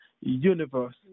universe